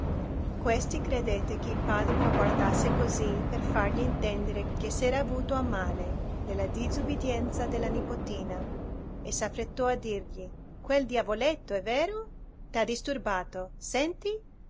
questi credette che il padre lo guardasse così per fargli intendere che s'era avuto a male della disubbidienza della nipotina e s'affrettò a dirgli quel diavoletto è vero t'ha disturbato senti